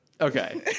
Okay